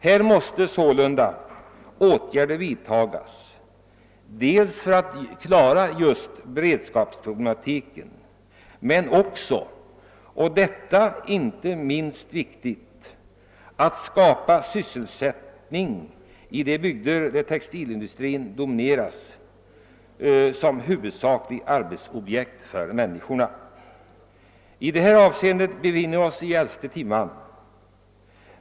Det måste sålunda vidtagas åtgärder dels för att klara beredskapen, dels — och detta är inte minst viktigt — för att skapa sysselsättning i de bygder där textilindustrin dominerar som sysselsättningsobjekt för människorna. Vi befinner oss nu i elfte timmen.